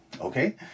Okay